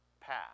path